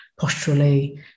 posturally